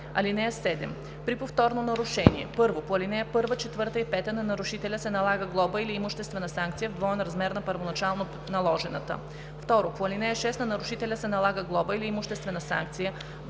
„(7) При повторно нарушение: 1. по ал. 1, 4 и 5 на нарушителя се налага глоба или имуществена санкция в двоен размер на първоначално наложената; 2. по ал. 6 на нарушителя се налага глоба или имуществена санкция в двоен размер на първоначално наложената;